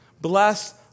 Bless